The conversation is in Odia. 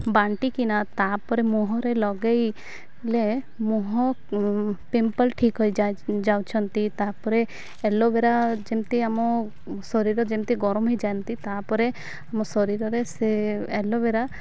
ବାଣ୍ଟିକିନା ତାପରେ ମୁହଁରେ ଲଗେଇଲେ ମୁହଁ ପିମ୍ପଲ୍ ଠିକ୍ ହୋଇ ଯାଉଛନ୍ତି ତାପରେ ଏଲୋଭେରା ଯେମିତି ଆମ ଶରୀର ଯେମିତି ଗରମ ହୋଇଯାଆନ୍ତି ତାପରେ ଆମ ଶରୀରରେ ସେ ଏଲୋବେେରା